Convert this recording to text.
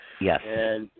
Yes